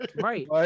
right